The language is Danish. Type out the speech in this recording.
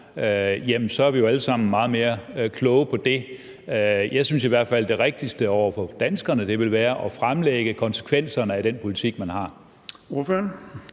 så bliver vi jo alle sammen meget klogere på det. Jeg synes i hvert fald, at det rigtigste over for danskerne ville være at fremlægge konsekvenserne af den politik, man har.